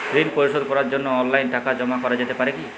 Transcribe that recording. ঋন পরিশোধ করার জন্য অনলাইন টাকা জমা করা যেতে পারে কি?